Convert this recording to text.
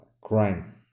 crime